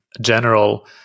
general